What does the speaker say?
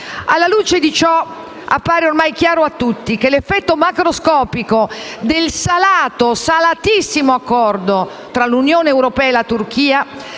Alla luce di ciò, ci appare ormai chiaro che l'effetto macroscopico del salatissimo accordo tra Unione europea e Turchia